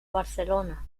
barcelona